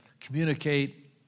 communicate